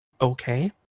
Okay